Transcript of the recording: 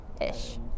ish